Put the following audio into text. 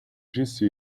disse